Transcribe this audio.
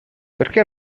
perché